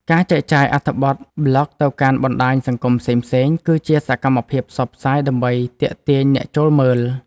ការចែកចាយអត្ថបទប្លក់ទៅកាន់បណ្ដាញសង្គមផ្សេងៗ គឺជាសកម្មភាពផ្សព្វផ្សាយដើម្បីទាក់ទាញអ្នកចូលមើល។